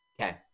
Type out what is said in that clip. Okay